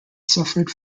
suffered